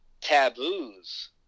taboos